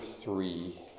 three